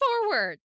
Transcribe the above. forward